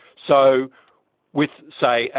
so with, say,